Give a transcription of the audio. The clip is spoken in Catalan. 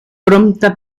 prompte